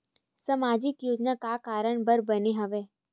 सामाजिक योजना का कारण बर बने हवे?